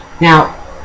Now